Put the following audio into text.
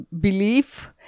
belief